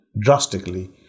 drastically